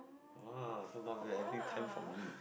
oh so not bad everything time for me